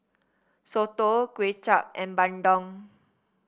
soto Kway Chap and bandung